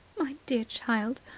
my dear child,